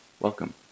Welcome